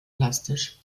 plastisch